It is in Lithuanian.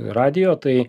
radijo tai